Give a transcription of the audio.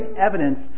evidence